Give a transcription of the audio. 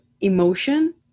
emotion